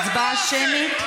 הצבעה שמית?